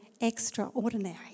extraordinary